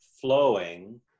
flowing